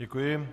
Děkuji.